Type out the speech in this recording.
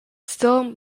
still